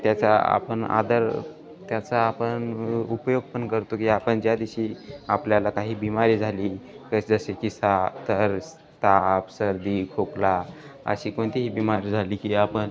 त्याचा आपण आदर त्याचा आपण उपयोग पण करतो की आपण ज्या दिवशी आपल्याला काही बिमारी झाली क जसे की सा तर ताप सर्दी खोकला अशी कोणतीही बिमारी झाली की आपण